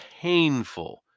painful